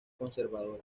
conservadora